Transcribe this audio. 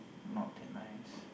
not that nice